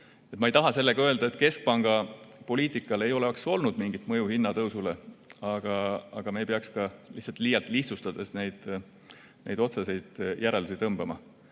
Ma ei taha sellega öelda, et keskpanga poliitikal ei oleks olnud mingit mõju hinnatõusule. Aga me ei peaks ka liialt lihtsustades neid otseseid järeldusi tegema.